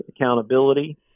accountability